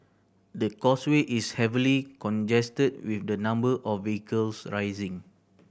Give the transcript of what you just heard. the causeway is heavily congested with the number of vehicles rising